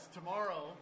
tomorrow